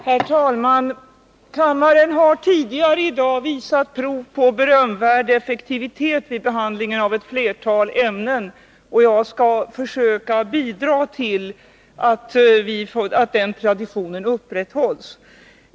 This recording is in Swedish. Herr talman! Kammaren har i dag visat prov på berömvärd effektivitet vid behandlingen av ett flertal ärenden, och jag skall försöka bidra till att den traditionen upprätthålls.